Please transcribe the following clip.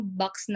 box